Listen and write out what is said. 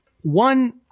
One